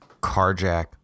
Carjack